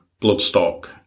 bloodstock